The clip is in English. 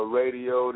radio